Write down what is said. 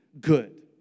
good